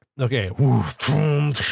Okay